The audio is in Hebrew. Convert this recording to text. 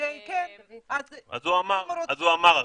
אז הוא אמר.